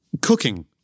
Cooking